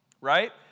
right